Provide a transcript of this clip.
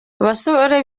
abasore